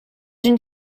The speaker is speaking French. une